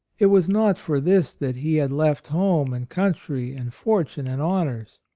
it was not for this that he had left home and country and fortune and honors.